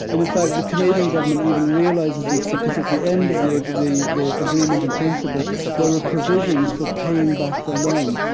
and, in fact, the canadian government even realizes this, because at the end of the the agreement in principle there are provisions for paying back the loan.